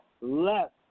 left